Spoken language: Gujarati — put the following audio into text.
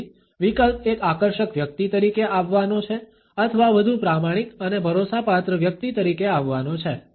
તેથી વિકલ્પ એક આકર્ષક વ્યક્તિ તરીકે આવવાનો છે અથવા વધુ પ્રમાણિક અને ભરોસાપાત્ર વ્યક્તિ તરીકે આવવાનો છે